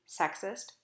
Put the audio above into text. sexist